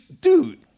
Dude